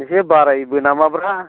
एसे बारायोबो नामाब्रा